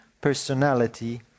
personality